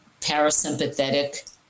parasympathetic